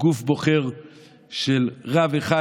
גוף בוחר של רב אחד,